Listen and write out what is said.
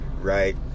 Right